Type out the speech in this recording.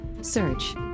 Search